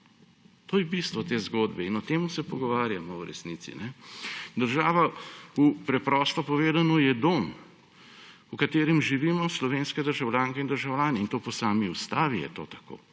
To je bistvo te zgodbe in o tem se pogovarjamo v resnici. Država, preprosto povedano, je dom, v katerem živimo slovenske državljanke in državljani, in to po sami ustavi je to tako.